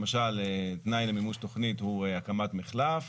למשל, תנאי למימוש תוכנית הוא הקמת מחלף.